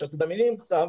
עכשיו תדמייני מצב